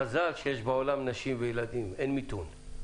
מזל שבעולם יש נשים וילדים, אין מיתון.